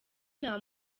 nta